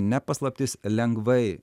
ne paslaptis lengvai